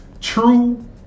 true